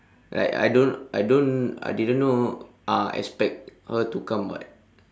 like I don't I don't I didn't know ah expect her to come [what]